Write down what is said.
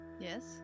Yes